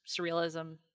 surrealism